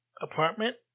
apartment